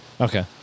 Okay